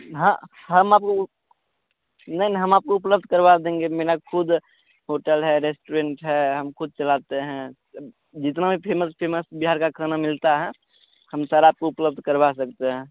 हाँ हम आपको नहीं नहीं हम आपको उपलब्ध करवा देंगे मेरी ख़ुद होटल है रेस्टोरेंट है हम ख़ुद चलाते हैं जितना भी फेमस फेमस बिहार का खाना मिलता है हम सर आपको उपलब्ध करवा सकते हैं